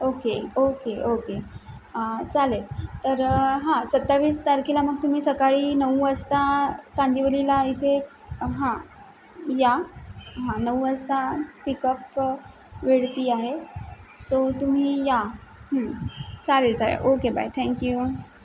okay okay okay चालेल तर हां सत्तावीस तारखेला मग तुम्ही सकाळी नऊ वाजता कांदीवलीला इथे हां या नऊ वाजता पिकअप वेळ ती आहे सो तुम्ही या हं चालेल चालेल ओके बाय थँक यू